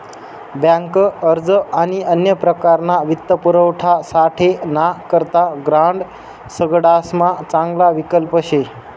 bank अर्ज आणि अन्य प्रकारना वित्तपुरवठासाठे ना करता ग्रांड सगडासमा चांगला विकल्प शे